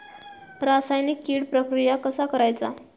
रासायनिक कीड प्रक्रिया कसा करायचा?